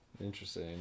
Interesting